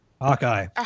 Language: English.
Hawkeye